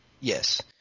yes